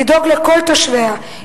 לדאוג לכל תושביה,